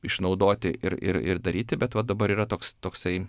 išnaudoti ir ir ir daryti bet vat dabar yra toks toksai